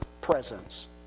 presence